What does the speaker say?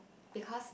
because